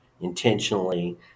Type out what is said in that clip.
intentionally